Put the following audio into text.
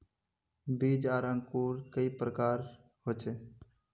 बीज आर अंकूर कई प्रकार होचे?